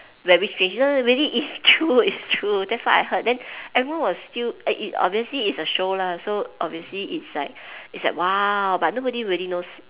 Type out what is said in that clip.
very strange no no really it's true it's true that's what I heard then everyone was still and it obviously it's a show lah so obviously it's like it's like !wah! but nobody really knows